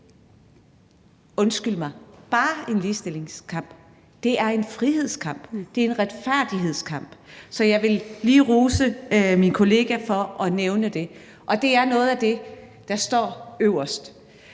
undskyld mig – bare en ligestillingskamp; det er en frihedskamp, det er en retfærdighedskamp. Så jeg vil lige rose min kollega for at nævne det. Det er noget af det, der står øverst.